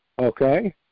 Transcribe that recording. okay